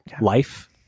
Life